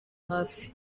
hafi